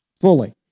Fully